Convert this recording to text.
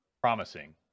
promising